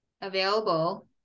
Available